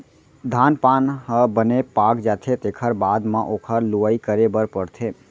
धान पान ह बने पाक जाथे तेखर बाद म ओखर लुवई करे बर परथे